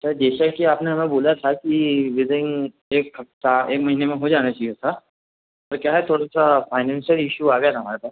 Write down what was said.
sir जैसा कि आपने हमें बोला था कि विदिन एक हफ़्ता एक महीने में हो जाना चाहिए था पर क्या है थोड़ा सा फ़ाइनैंशियल इश्यू आ गया था हमारे पास